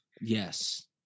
Yes